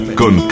con